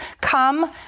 come